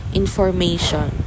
information